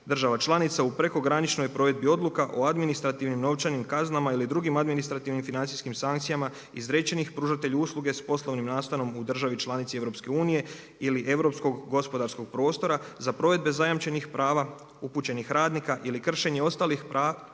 država članica u prekograničnoj provedbi odluka o administrativnoj novčanim kaznama ili drugim administrativnim financijskim sankcijama izrečenim pružatelju usluga s osnovnim nastanom u državi članici EU ili europskog gospodarskog prostora za provedbe zajamčenih prava upućenih radnika ili kršenje ostalih pravila,